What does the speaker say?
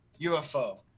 UFO